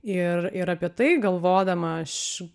ir ir apie tai galvodama aš